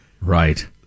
right